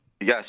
Yes